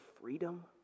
freedom